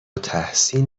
تحسین